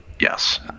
Yes